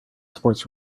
supports